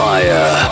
Fire